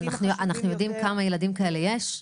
אבל אנחנו יודעים כמה ילדים כאלה יש?